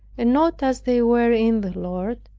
and not as they were in the lord,